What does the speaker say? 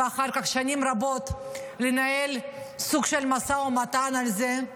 ואחר כך שנים רבות לנהל סוג של משא ומתן על זה.